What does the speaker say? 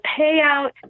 payout